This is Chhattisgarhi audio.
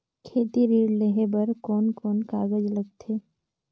खेती ऋण लेहे बार कोन कोन कागज लगथे?